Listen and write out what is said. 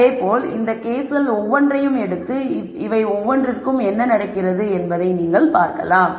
அதேபோல் இந்த கேஸ்கள் ஒவ்வொன்றையும் எடுத்து இவை ஒவ்வொன்றிலும் என்ன நடக்கிறது என்பதை நீங்கள் பார்க்கலாம்